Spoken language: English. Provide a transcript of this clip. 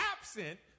absent